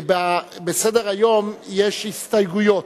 בסדר-היום יש הסתייגויות.